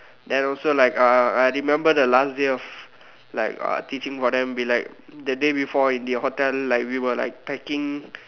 then also like uh I remember the last day of like uh teaching for them we like that day before at the hotel like we were like packing